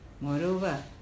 Moreover